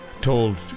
told